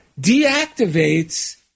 deactivates